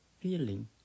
feeling